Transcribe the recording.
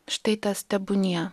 štai tas tebūnie